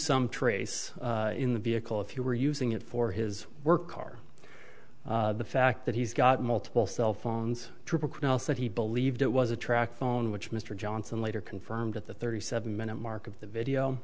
some trace in the vehicle if you were using it for his work car the fact that he's got multiple cell phones to pronounce that he believed it was a tract phone which mr johnson later confirmed at the thirty seven minute mark of the video